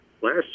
Last